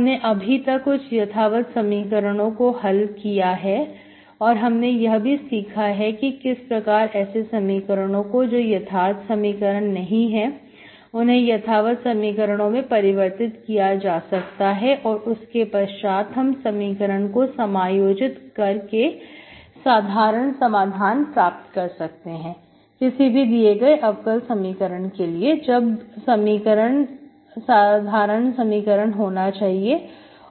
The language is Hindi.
हमने अभी तक कुछ यथावत समीकरणों को हल किया है और हमने यह भी सीखा कि किस प्रकार ऐसे समीकरणों को जो यथार्थ समीकरण नहीं है उन्हें यथावत समीकरणों में परिवर्तित किया जा सकता है और उसके पश्चात हम समीकरण को समायोजित कर के साधारण समाधान प्राप्त कर सकते हैं किसी भी दिए गए अवकल समीकरण के लिए जब समीकरण साधारण समीकरण होना चाहिए